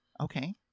okay